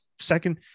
second